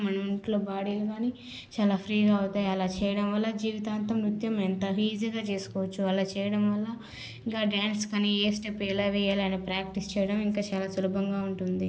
మన ఒంట్లో బాడీలోని చాలా ఫ్రీగా అవుతాయి అలా చేయడం వల్ల జీవితాంతం నృత్యం ఎంత ఈజీగా చేసుకోవచ్చు అలా చేయడం వల్ల ఇంకా డ్యాన్స్ కానీ ఏ స్టెప్ ఎలా వేయాలి అని ప్రాక్టీస్ చేయడం ఇంకా చాలా సులభంగా ఉంటుంది